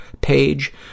page